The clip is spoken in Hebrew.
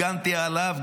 והגנתי עליו.